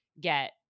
get